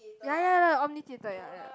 ya ya lah omnitheatre ya ya